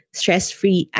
stress-free